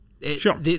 Sure